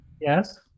yes